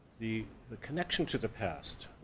the the connection to the past,